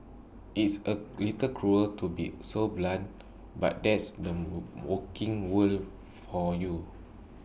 it's A little cruel to be so blunt but that's the working world for you